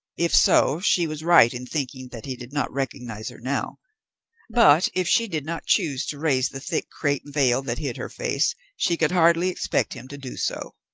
if so, she was right in thinking that he did not recognize her now but, if she did not choose to raise the thick crape veil that hid her face, she could hardly expect him to do so.